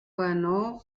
ganó